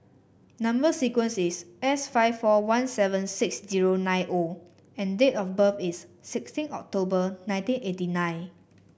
number sequence is S five four one seven six zero nine O and date of birth is sixteen October nineteen eighty nine